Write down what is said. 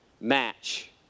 match